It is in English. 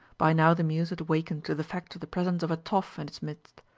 by now the mews had wakened to the fact of the presence of a toff in its midst.